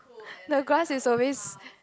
the grass is always